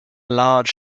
large